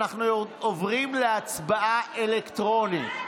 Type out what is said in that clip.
אנחנו עוברים להצבעה אלקטרונית.